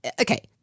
okay